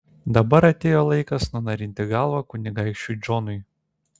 dabar atėjo laikas nunarinti galvą kunigaikščiui džonui